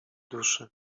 duszy